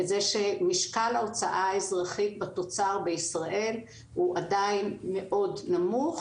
את זה שמשקל ההוצאה האזרחית בתוצר בישראל הוא עדיין מאוד נמוך